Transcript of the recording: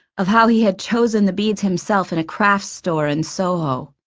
of how he had chosen the beads himself in a crafts store in soho.